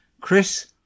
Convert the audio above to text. Chris